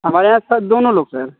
हमारे यहाँ सर दोनों लोग सर